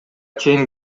чейин